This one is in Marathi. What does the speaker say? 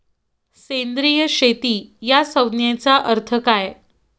सेंद्रिय शेती या संज्ञेचा अर्थ काय?